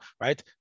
right